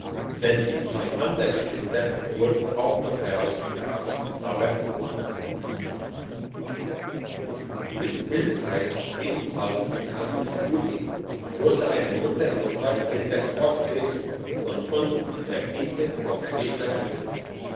denn die zwei andern kind wurden auch noch herausgegraben aber tot in pilzeig ebenfalls im kanton uri wurde eine mutter mit zwei kindern fortgerissen und unten in der tiefe vom schnee verschüttet